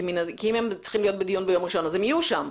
כי אם הם צריכים להיות בדיון ביום ראשון אז הם יהיו שם.